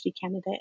candidate